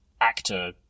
actor